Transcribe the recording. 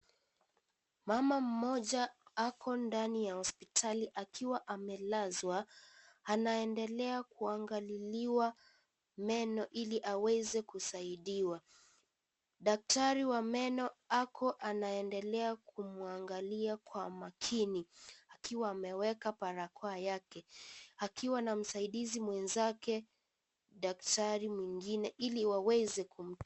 Mama mmoja ako ndani ya hospitali akiwa amelazwa, anaendelea kuangaliliwa meno ili aweze, kusaidiwa, daktari wa meno ako anaendelea kumwangalia kwa makini, akiwa ameweka parakoa yake akiwa na msaidizi mwenzake, daktari mwingine, ili waweze kum.